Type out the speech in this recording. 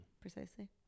precisely